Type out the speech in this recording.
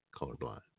colorblind